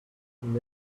and